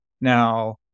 Now